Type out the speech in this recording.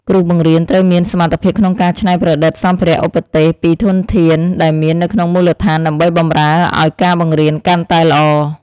គ្រូបង្រៀនត្រូវមានសមត្ថភាពក្នុងការច្នៃប្រឌិតសម្ភារៈឧបទេសពីធនធានដែលមាននៅក្នុងមូលដ្ឋានដើម្បីបម្រើឱ្យការបង្រៀនកាន់តែល្អ។